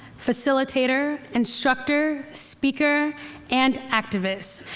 facilitator, instructor, speaker and activist.